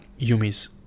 Yumi's